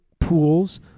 pools